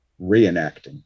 reenacting